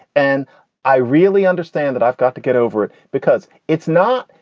and i really understand that i've got to get over it because it's not.